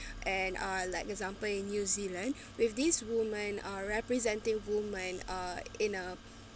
and uh like example in new zealand with these women are representing women uh in a